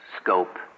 scope